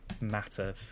matter